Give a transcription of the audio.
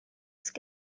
sydd